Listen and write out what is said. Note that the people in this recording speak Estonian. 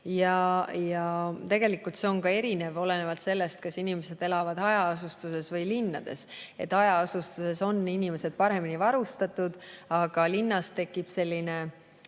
Tegelikult see on erinev, olenevalt sellest, kas inimesed elavad hajaasustuses või linnas. Hajaasustuses on inimesed paremini varustatud, aga linnas tekib tunne,